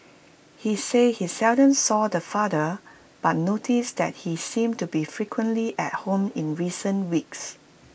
he said he seldom saw the father but noticed that he seemed to be frequently at home in recent weeks